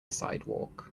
sidewalk